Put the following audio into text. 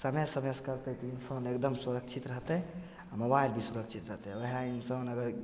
समय समयसे करतै तऽ इन्सान एकदम सुरक्षित रहतै मोबाइल भी सुरक्षित रहतै वएह इन्सान अगर